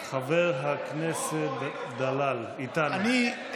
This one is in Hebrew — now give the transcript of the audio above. חבר הכנסת דלל איתנו.